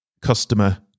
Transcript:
Customer